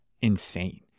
insane